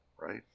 right